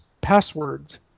passwords